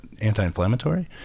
anti-inflammatory